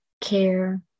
care